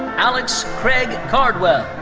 alex craig cardwell.